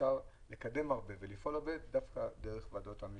אפשר לקדם הרבה ולפעול הרבה דווקא דרך ועדת משנה,